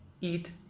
eat